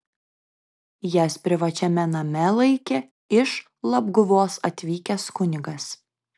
jas privačiame name laikė iš labguvos atvykęs kunigas